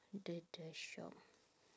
the the shop